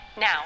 Now